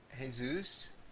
Jesus